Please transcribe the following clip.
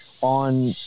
on